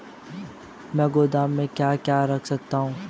मैं गोदाम में क्या क्या रख सकता हूँ?